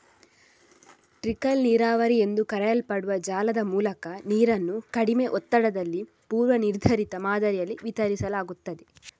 trickle ನೀರಾವರಿ ಎಂದು ಕರೆಯಲ್ಪಡುವ ಜಾಲದ ಮೂಲಕ ನೀರನ್ನು ಕಡಿಮೆ ಒತ್ತಡದಲ್ಲಿ ಪೂರ್ವ ನಿರ್ಧರಿತ ಮಾದರಿಯಲ್ಲಿ ವಿತರಿಸಲಾಗುತ್ತದೆ